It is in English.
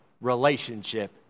relationship